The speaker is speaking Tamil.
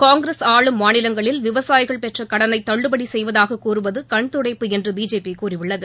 காங்கிரஸ் ஆளும் மாநிலங்களில் விவசாயிகள் பெற்ற கடனை தள்ளுபடி செய்வதாக கூறுவது கண் துடைப்பு என்று பிஜேபி கூறியுள்ளது